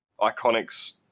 Iconics